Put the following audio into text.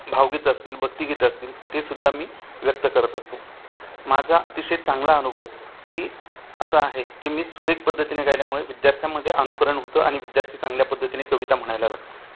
भावगीत असतील भक्तिगीतं असतील तेस सुद्धा मी व्यक्त करत असतो माझा अतिशय चांगला अनुभव की असा आहे की मी सुरेख पद्धतीने गायल्यामुळे विद्यार्थ्यांमध्ये अनुकरण होतं आणि विद्यार्थी चांगल्या पद्धतीने कविता म्हणायला लागतं